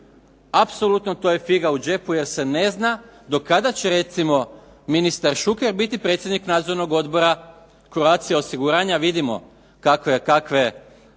Apsolutno, to je figa u džepu jer se ne zna do kada će recimo ministar Šuker biti predsjednik Nadzornog odbora Croatia osiguranja jer vidimo kakve rezultate ima